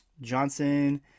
Johnson